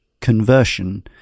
conversion